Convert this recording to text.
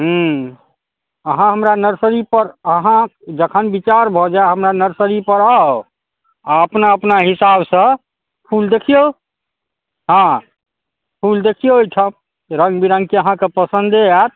हूँ अहाँ हमरा नर्सरी पर अहाँ जखन विचार भऽ जाए हमरा नर्सरी पर आउ आ अपना अपना हिसाबसँ फुल देखिऔ हँ फुल देखिऔ एहिठाम रङ्ग विरङ्गके अहाँकेँ पसन्दे आएत